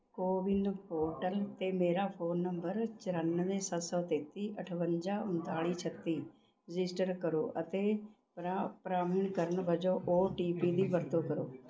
CoWIN portal 'ਤੇ ਮੇਰਾ phone number ਚੁਰਾਨਵੇਂ ਸੱਤ ਸੌ ਤੇਤੀ ਅਠਵੰਜਾ ਉਨਤਾਲੀ ਛੱਤੀ ਰਜਿਸਟਰ ਕਰੋ ਅਤੇ ਪਰਾ ਪ੍ਰਮਾਣੀਕਰਨ ਵਜੋਂ ਓ ਟੀ ਪੀ ਦੀ ਵਰਤੋਂ ਕਰੋ